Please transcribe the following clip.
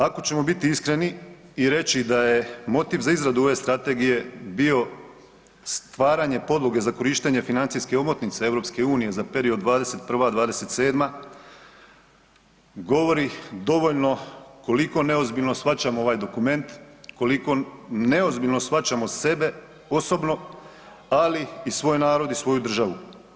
Ako ćemo biti iskreni i reći da je motiv za izradu ove strategije bio stvaranje podloge za korištenje financijske omotnice za period 2021.-2027. govori dovoljno neozbiljno shvaćamo ovaj dokument, koliko neozbiljno shvaćamo sebe osobno ali i svoj narod i svoju državu.